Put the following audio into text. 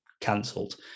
cancelled